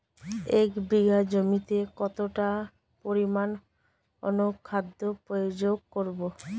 এক বিঘা জমিতে কতটা পরিমাণ অনুখাদ্য প্রয়োগ করব?